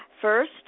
first